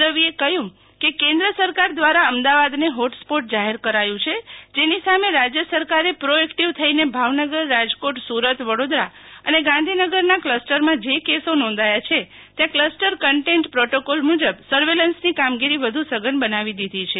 રવિએ કહ્યું કે કેન્દ્ર સરકાર દ્વારા અમદાવાદને હોટસ્પોટ જાહેર કરાયું છે જેની સામે રાજ્ય સરકારે પ્રોએક્ટિવ થઈને ભાવનગર રાજકોટ સુરત વડોદરા અને ગાંધીનગરના ક્લસ્ટર માં જે કેસો નોંધાયા છે ત્યાં ક્લસ્ટર કન્ટેન્ટ પ્રોટોકોલ મુજબ સર્વેલન્સની કામગીરી વધુ સઘન બનાવી દીધી છે